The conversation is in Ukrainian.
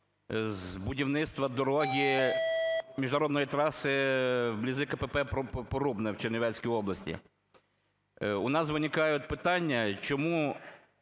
з будівництва дороги, міжнародної траси поблизу КПП "Порубне" в Чернівецькій області. У нас виникають питання: чому